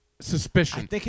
suspicion